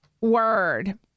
word